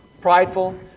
Prideful